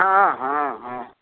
हँ हँ हँ